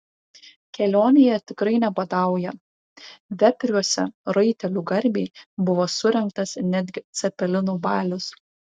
kelionėje tikrai nebadauja vepriuose raitelių garbei buvo surengtas netgi cepelinų balius